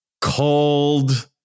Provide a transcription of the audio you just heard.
cold